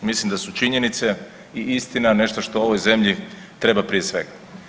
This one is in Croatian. Mislim da su činjenice i istina nešto što ovoj zemlji treba prije svega.